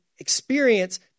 experience